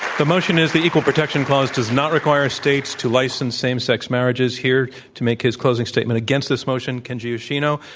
the motion is the equal protection clause does not require states to license same sex marriages. here to make his closing statement against this motion, kenji yoshino.